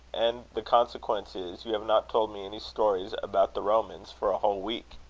and the consequence is, you have not told me any stories about the romans for a whole week.